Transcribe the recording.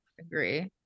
Agree